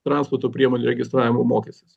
transporto priemonių registravimo mokestis